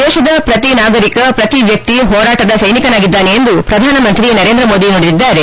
ದೇಶದ ಪ್ರತಿ ನಾಗರಿಕ ಪ್ರತಿ ವ್ಯಕ್ತಿ ಹೋರಾಟದ ಸೈನಿಕನಾಗಿದ್ದಾನೆ ಎಂದು ಪ್ರಧಾನಮಂತ್ರಿ ನರೇಂದ್ರ ಮೋದಿ ನುಡಿದಿದ್ದಾರೆ